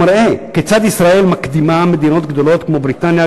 מראה כיצד ישראל מקדימה מדינות גדולות כמו בריטניה,